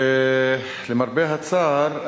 ולמרבה הצער,